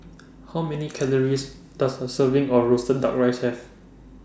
How Many Calories Does A Serving of Roasted Duck Rice Have